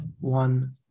one